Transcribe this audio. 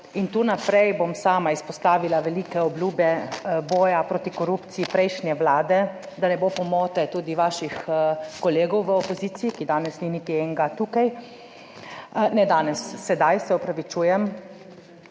in tu naprej bom sama izpostavila velike obljube boja proti korupciji prejšnje vlade, da ne bo pomote, tudi vaših kolegov v opoziciji, ki danes ni niti enega tukaj, ne danes, sedaj se opravičujem,